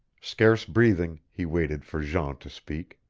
scarce breathing, he waited for jean to speak.